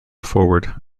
forward